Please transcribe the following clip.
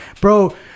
Bro